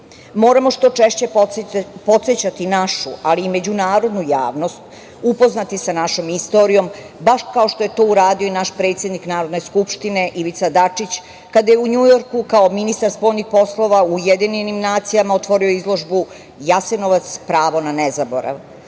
Srba. Moramo što češće podsećati našu, ali i međunarodnu javnost, upoznati je sa našom istorijom, baš kao što je to uradio i naš predsednik Narodne skupštine Ivica Dačić, kada je u Njujorku, kao ministar spoljnih poslova, u Ujedinjenim nacijama otvorio izložbu „Jasenovac – Pravo na nezaborav“,